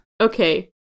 okay